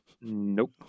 Nope